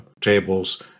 tables